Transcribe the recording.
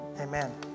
Amen